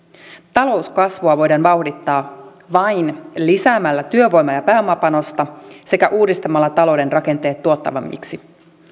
talouskasvua voidaan vauhdittaa vain lisäämällä työvoima ja pääomapanosta sekä uudistamalla talouden rakenteet tuottavammiksi